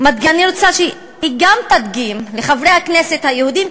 אני רוצה שהיא תדגים גם לחברי הכנסת היהודים,